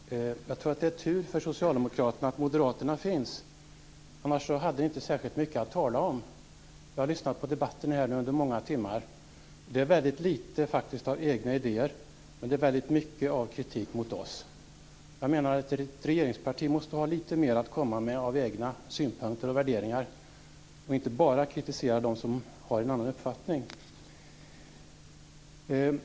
Herr talman! Jag tror att det är tur för socialdemokraterna att moderaterna finns, annars skulle de inte ha särskilt mycket att tala om. Jag har lyssnat på debatten här under många timmar, och det är faktiskt väldigt litet av egna idéer och väldigt mycket av kritik mot oss. Jag menar att ett regeringsparti måste ha litet mer att komma med av egna synpunkter och värderingar och inte bara kritik mot dem som har en annan uppfattning.